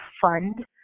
fund